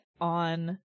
on